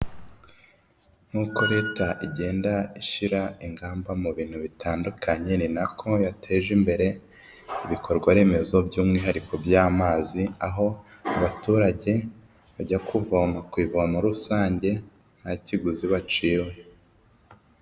Nkuko leta igenda ishyira ingamba mu bintu bitandukanye, ni nako yateje imbere ibikorwa remezo by'umwihariko by'amazi aho abaturage bajya kuvoma ku ivomo rusange nta kiguzi baciwe.